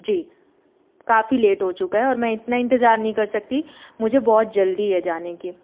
जी काफी लेट हो चुका है और मैं इतना इंतजार नहीं कर सकती मुझे बहुत जल्दी है जाने की